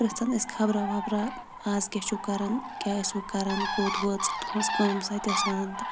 پرژھن ٲسۍ خبراہ وبراہ آز کیاہ چھو کران کیاہ ٲسوٕ کران کوٚت وٲژ تُہنز کٲم سۄ تہِ ٲسۍ ونان تہٕ